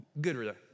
good